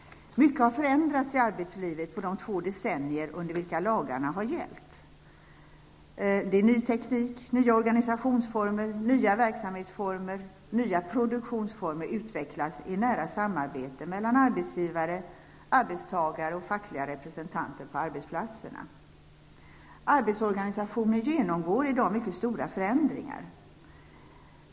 Mycket har förändrats i arbetslivet på de två decennier under vilka lagarna har gällt. Ny teknik, nya organisationsformer, nya verksamhetsformer, nya produktionsformer utvecklas i nära samarbete mellan arbetsgivare, arbetstagare och fackliga representanter på arbetsplatserna. Arbetsorganisationen genomgår i dag mycket stora förändringar.